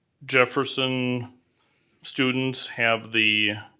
jefferson students have the